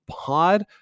pod